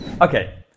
okay